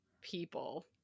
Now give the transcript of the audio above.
people